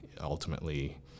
ultimately